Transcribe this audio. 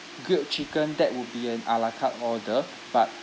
grilled chicken that would be an a la carte order but